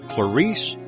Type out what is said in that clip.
Clarice